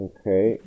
Okay